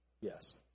Yes